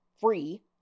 free